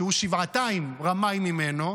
שהוא שבעתיים רמאי ממנו,